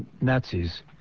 Nazis